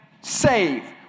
save